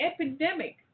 epidemic